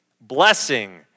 blessing